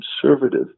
conservative